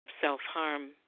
self-harm